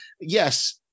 yes